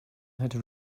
had